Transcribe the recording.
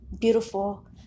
beautiful